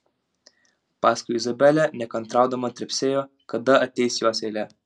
paskui izabelė nekantraudama trepsėjo kada ateis jos eilė